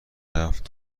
رفت